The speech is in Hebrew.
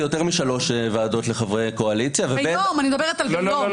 זה יותר משלוש ועדות לחברי קואליציה -- אני מדברת ביום.